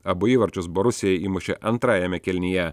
abu įvarčius borusija įmušė antrajame kėlinyje